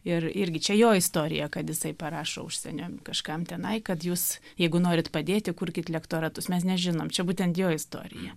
ir irgi čia jo istorija kad jisai parašo užsienio kažkam tenai kad jūs jeigu norit padėti kurkit lektoratus mes nežinom čia būtent jo istorija